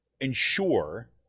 ensure